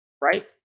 Right